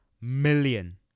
million